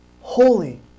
holy